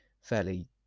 fairly